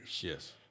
Yes